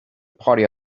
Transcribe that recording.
party